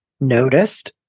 noticed